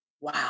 wow